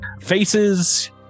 Faces